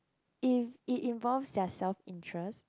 if it involve their self interest